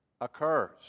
occurs